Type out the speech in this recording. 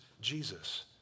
Jesus